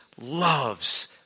loves